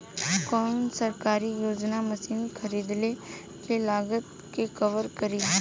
कौन सरकारी योजना मशीन खरीदले के लागत के कवर करीं?